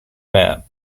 map